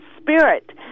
spirit